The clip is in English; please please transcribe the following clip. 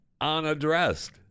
unaddressed